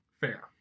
fair